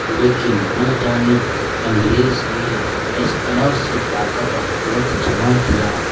لیکن نہ جانے انگریز نے کس طرح سے طاقت اور قوت جمع کیا